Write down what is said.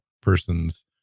person's